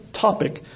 topic